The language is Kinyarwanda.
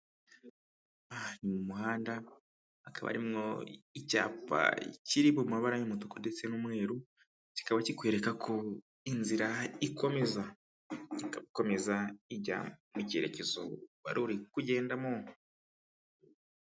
Aha ni mu muhanda hakaba harimwo icyapa kiri mu mabara y'umutuku ndetse n'umweru, kikaba kikwereka ko inzira ikomeza, igakomeza ijya mu cyerekezo wari kugendamo.